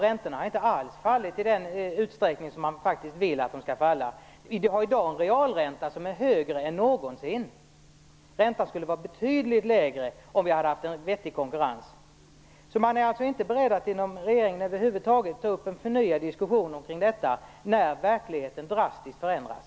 Räntorna har inte alls fallit i den utsträckning som man vill. Vi har i dag en realränta som är högre än någonsin. Räntan skulle vara betydligt lägre om vi hade haft en vettig konkurrens. Man är alltså inte beredd att inom regeringen ta upp en förnyad diskussion kring detta när verkligheten drastiskt förändras.